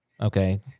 Okay